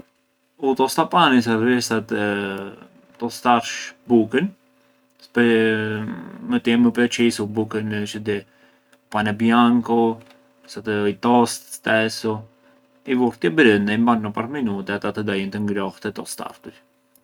U tostapani servir sa të tostarsh bukën, të jemë më preçisu bukën çë di, pane bianco i toast stessu, i vu ktie brënda, i mban no parë minute e ata të dajën ngrohtë e tostartur.